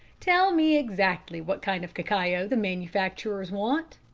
tell me exactly what kind of cacao the manufacturers want?